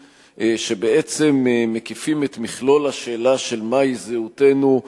שבעצם מקיפים את מכלול השאלה של מהי זהותנו,